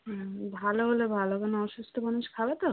হুম ভালো হলে ভালো কেন অসুস্ত মানুষ খাবে তো